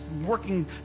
working